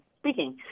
Speaking